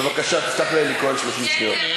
בבקשה, תפתח לאלי כהן 30 שניות.